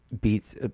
beats